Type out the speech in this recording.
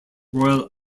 royal